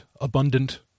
abundant